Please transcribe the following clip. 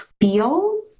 feel